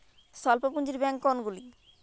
স্বল্প পুজিঁর ব্যাঙ্ক কোনগুলি?